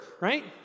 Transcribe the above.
right